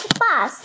bus